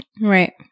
Right